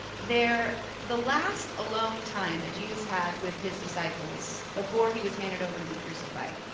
they're the last alone time that jesus had with his disciples before he was handed over to be crucified.